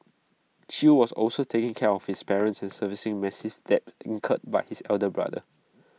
chew was also taking care of his parents and servicing massive debts incurred by his elder brother